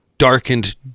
darkened